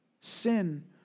Sin